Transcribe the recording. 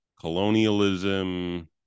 colonialism